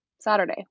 Saturday